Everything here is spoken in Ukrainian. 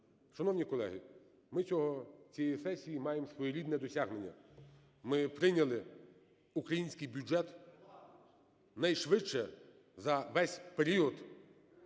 Шановні колеги, ми цієї сесії маємо своєрідне досягнення: ми прийняли український бюджет найшвидше за весь період